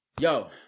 yo